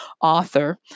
author